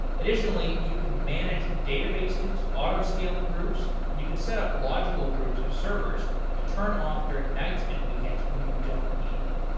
additionally, you can manage databases, auto scaling groups and you can set up logical groups of servers to turn off during nights and weekends when you don't need them,